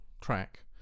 track